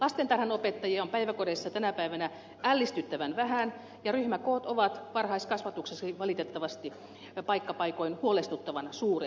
lastentarhanopettajia on päiväkodeissa tänä päivänä ällistyttävän vähän ja ryhmäkoot ovat varhaiskasvatuksessakin valitettavasti paikka paikoin huolestuttavan suuret